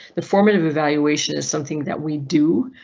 the formative evaluation is something that we do,